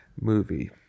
movie